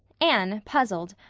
anne, puzzled,